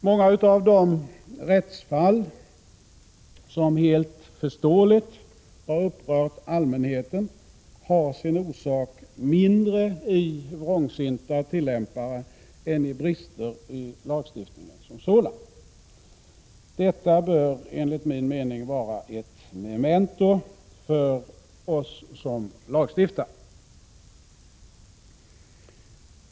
Många av de rättsfall som, helt förståeligt, har upprört allmänheten har sin orsak mindre i vrångsynta tillämpare än i brister i lagstiftningen som sådan. Detta bör enligt min mening vara ett memento för oss som lagstiftare.